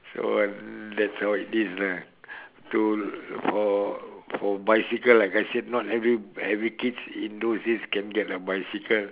so uh that's how it is lah to for for bicycle like I said not every every kids in those days can get a bicycle